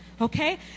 Okay